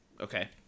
Okay